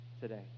today